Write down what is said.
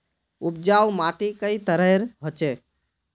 उपजाऊ माटी कई तरहेर होचए?